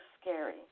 scary